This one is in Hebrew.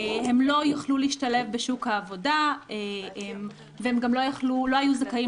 הם לא יכלו להשתלב בשוק העבודה וגם לא היו זכאים